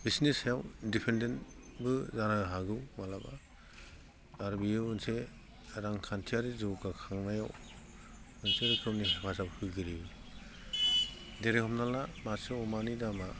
बिसोरनि सायाव डिफेन्डेन्टबो जानो हागौ माब्लाबा आरो बियो मोनसे रांखान्थियारि जौगाखांनायाव मोनसे रोखोमनि हेफाजाबबो होयो जेरै हमना ला मासे अमानि दामआ